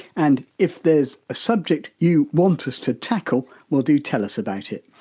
and if there's a subject you want us to tackle, well do tell us about it.